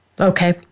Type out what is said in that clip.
Okay